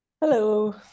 hello